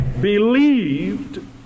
believed